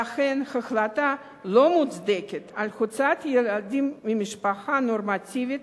ואכן החלטה לא מוצדקת על הוצאת ילדים ממשפחה נורמטיבית